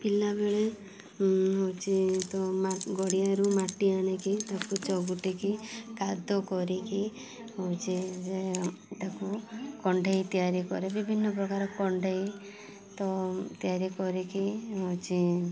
ପିଲାବେଳେ ହଉଛି ତ ମାଁ ଗଡ଼ିଆରୁ ମାଟି ଆଣିକି ତାକୁ ଚକୁଟିକି କାଦୁଅ କରିକି ହଉଛି ଯେ ତାକୁ କଣ୍ଢେଇ ତିଆରି କରେ ବିଭିନ୍ନ ପ୍ରକାର କଣ୍ଢେଇ ତ ତିଆରି କରିକି ହଉଛି